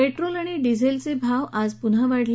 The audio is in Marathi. पेट्रोल आणि डिझेलचे भाव आज पुन्हा वाढले